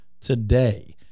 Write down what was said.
today